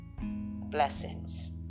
Blessings